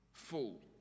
full